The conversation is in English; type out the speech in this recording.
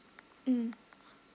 mm